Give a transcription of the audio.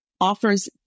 offers